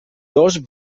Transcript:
dos